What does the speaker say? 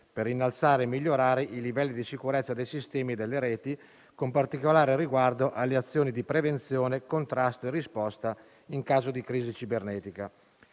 per innalzare e migliorare i livelli di sicurezza dei sistemi e delle reti, con particolare riguardo alle azioni di prevenzione, contrasto e risposta in caso di crisi cibernetica.